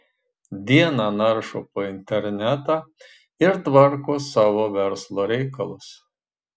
dieną naršo po internetą ir tvarko savo verslo reikalus